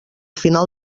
final